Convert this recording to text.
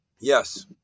Yes